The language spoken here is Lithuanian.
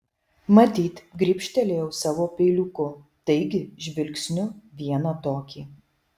matyt gribštelėjau savo peiliuku taigi žvilgsniu vieną tokį